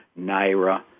Naira